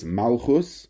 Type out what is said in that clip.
malchus